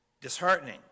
Disheartening